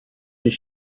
his